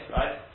right